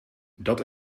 dat